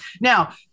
Now